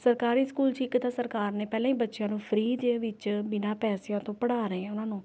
ਸਰਕਾਰੀ ਸਕੂਲ 'ਚ ਇੱਕ ਤਾਂ ਸਰਕਾਰ ਨੇ ਪਹਿਲਾਂ ਹੀ ਬੱਚਿਆਂ ਨੂੰ ਫ੍ਰੀ ਦੇ ਵਿੱਚ ਬਿਨਾਂ ਪੈਸਿਆਂ ਤੋਂ ਪੜ੍ਹਾ ਰਹੇ ਆ ਉਨ੍ਹਾਂ ਨੂੰ